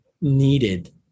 needed